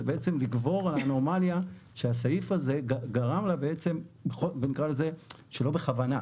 זה בעצם לגבור על האנומליה שהסעיף הזה גרם שלא בכוונה.